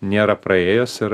nėra praėjęs ir